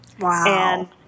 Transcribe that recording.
Wow